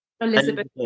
elizabeth